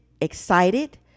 excited